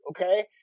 okay